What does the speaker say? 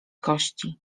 kości